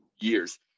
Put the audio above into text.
years